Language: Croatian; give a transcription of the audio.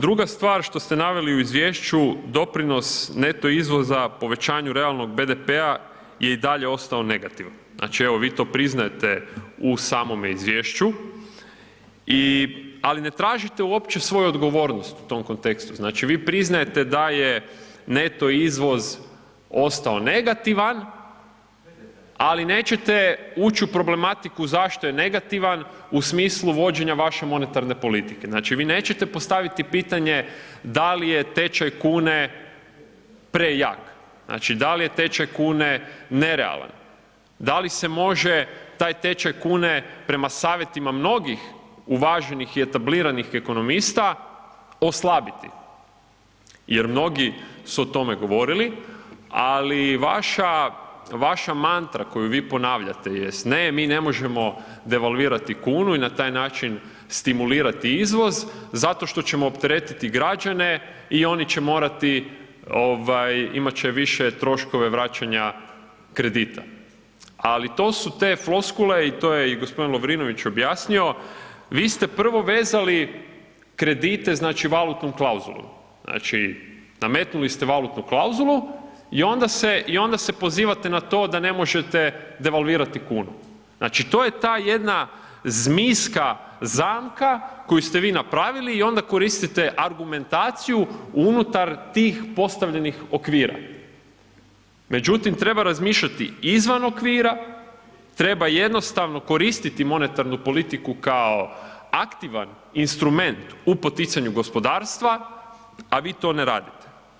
Druga stvar što ste naveli u izvješću, doprinos neto izvoza povećanju realnog BDP-a je i dalje ostao negativan, znači evo vi to priznajete u samome izvješću i, ali ne tražite uopće svoju odgovornost u tom kontekstu, znači vi priznajete da je neto izvoz ostao negativan, ali nećete uć u problematiku zašto je negativan u smislu vođenja vaše monetarne politike, znači vi nećete postaviti pitanje da li je tečaj kune prejak, znači da li je tečaj kune nerealan, da li se može taj tečaj kune prema savjetima mnogih uvaženih i etabliranih ekonomista oslabiti jer mnogi su o tome govorili, ali vaša, vaša mantra koju vi ponavljate jest ne mi ne možemo devalvirati kunu i na taj način stimulirati izvoz zato što ćemo opteretiti građane i oni će morati ovaj, imat će više troškove vraćanja kredita, ali to su te floskule i to je i g. Lovrinović objasnio, vi ste prvo vezali kredite, znači valutnom klauzulom, znači nametnuli ste valutnu klauzulu i onda se, i onda se pozivate na to da ne možete devalvirati kunu, znači to je ta jedna zmijska zamka koju ste vi napravili i onda koristite argumentaciju unutar tih postavljenih okvira, međutim treba razmišljati izvan okvira, treba jednostavno koristiti monetarnu politiku kao aktivan instrument u poticanju gospodarstva, a vi to ne radite.